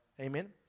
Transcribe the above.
Amen